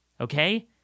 Okay